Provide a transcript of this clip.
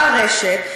ברשת,